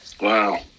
Wow